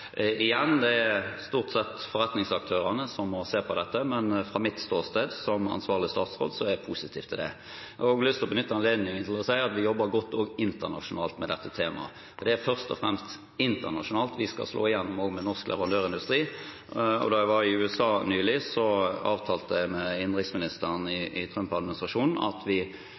Igjen er det stort sett forretningsaktørene som må se på dette, men fra mitt ståsted som ansvarlig statsråd er jeg positiv til det. Jeg har også lyst til å benytte anledningen til å si at vi jobber godt også internasjonalt med dette temaet. Det er først og fremst internasjonalt vi skal slå igjennom med norsk leverandørindustri. Da jeg var i USA nylig, avtalte jeg med innenriksministeren i Trump-administrasjonen at vi